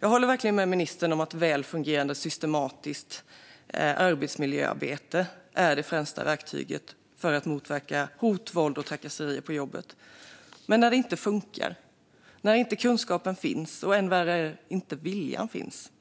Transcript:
Jag håller verkligen med ministern om att välfungerande och systematiskt arbetsmiljöarbete är det främsta verktyget för att motverka hot, våld och trakasserier på jobbet. Men när detta inte funkar, när inte kunskapen finns och, än värre, när inte viljan finns,